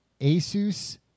Asus